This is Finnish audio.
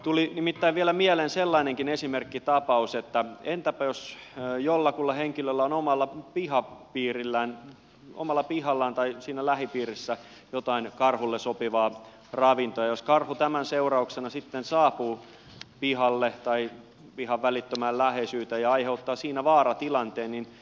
tuli nimittäin vielä mieleen sellainenkin esimerkkitapaus että entäpä jos jollakulla henkilöllä on omalla pihallaan tai siinä lähipiirissä jotain karhulle sopivaa ravintoa ja jos karhu tämän seurauksena sitten saapuu pihalle tai pihan välittömään läheisyyteen ja aiheuttaa siinä vaaratilanteen